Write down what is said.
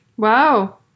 Wow